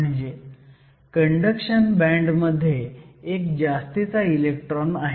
म्हणजे conduction band मध्ये एक जास्तीचा इलेक्ट्रॉन आहे